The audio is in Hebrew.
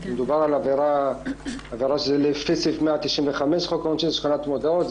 מדובר על עבירה לפי סעיף 195 לחוק העונשין השחתת מודעות,